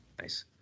Nice